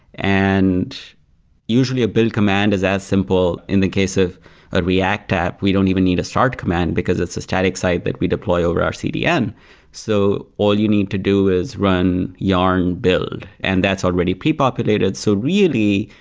and usually, a build command is as simple in the case of a react app, we don't even need a start command, because it's a static site that we deploy over our cdn so all all you need to do is run yarn build, and that's already pre-populated. so really,